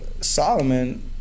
Solomon